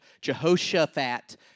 Jehoshaphat